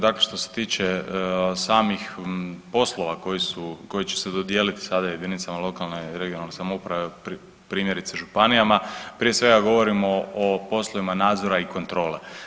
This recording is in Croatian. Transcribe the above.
Dakle, što se tiče samih poslova koji će se dodijeliti sada jedinicama lokalne i regionalne samouprave, primjerice županijama prije svega govorimo o poslovima nadzora i kontrole.